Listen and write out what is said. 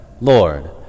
Lord